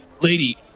lady